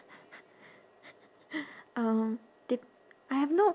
um dep~ I have no